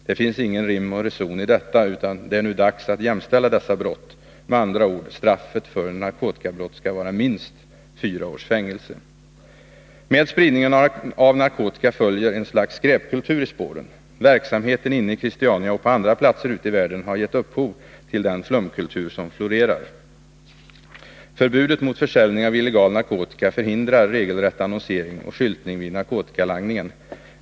Det finns ingen rim och reson i detta, utan det är nu dags att jämställa dessa brott — med andra ord uttryckt: straffet för narkotikabrott skall vara minst fyra års fängelse. Efter spridningen av narkotika följer ett slags skräpkultur i spåren. Verksamheten inne i Christiania och på andra platser ute i världen har gett upphov till den flumkultur som florerar. Förbudet mot försäljning av illegal narkotika förhindrar regelrätt annonsering och skyltning vid narkotikalangningen.